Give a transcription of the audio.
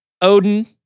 odin